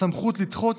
סמכות לדחות